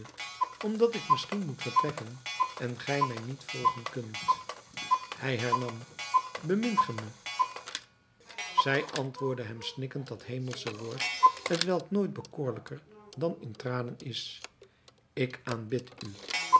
omdat ik misschien moet vertrekken en gij mij niet volgen kunt hij hernam bemint ge mij zij antwoordde hem snikkend dat hemelsche woord t welk nooit bekoorlijker dan in tranen is ik aanbid u